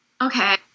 Okay